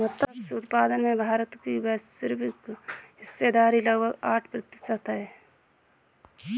मत्स्य उत्पादन में भारत की वैश्विक हिस्सेदारी लगभग आठ प्रतिशत है